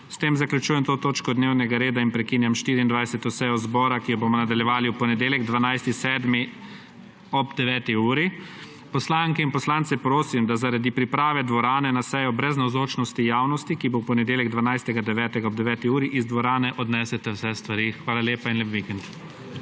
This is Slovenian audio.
S tem zaključujem to točko dnevnega reda. Prekinjam 24. sejo zbora, ki jo bomo nadaljevali v ponedeljek, 12. 7. ob 9. uri. Poslanke in poslance prosim, da zaradi priprave dvorane na sejo brez navzočnosti javnosti, ki bo v ponedeljek, 12. 7., ob 9. uri, iz dvorane odnesete vse stvari. Hvala lepa in lep vikend.